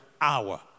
hour